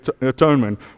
atonement